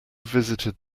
visited